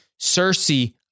Cersei